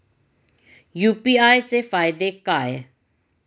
UPI चे फायदे काय?